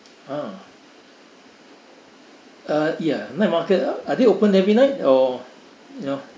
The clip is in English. ah uh ya night market are they open every night or you know